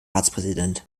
ratspräsident